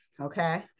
Okay